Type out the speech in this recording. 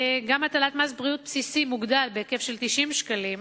הטלת מס בריאות בסיסי מוגדל בהיקף של 90 שקלים,